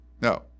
no